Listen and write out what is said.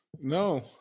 No